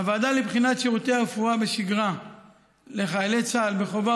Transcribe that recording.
הוועדה לבחינת שירותי הרפואה בשגרה לחיילי צה"ל בחובה